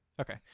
okay